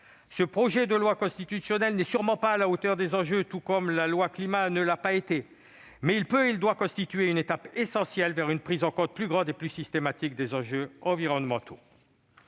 Ce projet de loi constitutionnel n'est sûrement pas à la hauteur des enjeux, tout comme le projet de loi Climat et résilience ne l'a pas été. Néanmoins, il peut et il doit constituer une étape essentielle vers une prise en compte meilleure et plus systématique des enjeux environnementaux.